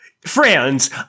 Friends